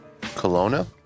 Kelowna